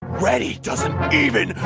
ready doesnt even,